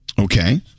Okay